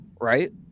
Right